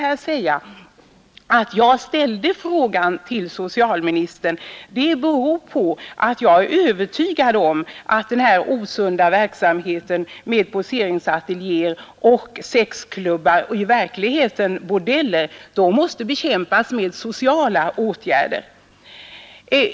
Ja, att jag ställt frågan till socialministern beror på att jag är övertygad om att den här osunda verksamheten med poseringsateljéer och sexklubbar — i verkligheten bordeller — måste bekämpas med sociala åtgärder.